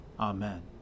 Amen